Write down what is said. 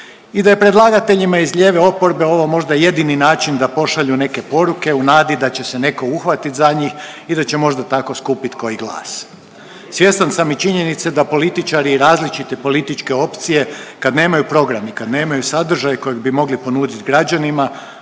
i da je predlagateljima iz lijeve oporbe ovo možda jedini način da pošalju neke poruke u nadi da će se neko uhvatit za njih i da će možda tako skupit koji glas. Svjestan sam i činjenice da političari različite političke opcije kad nemaju program i kad nemaju sadržaj kojeg bi mogli ponudit građanima,